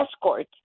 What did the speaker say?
escort